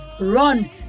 run